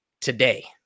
today